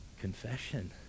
confession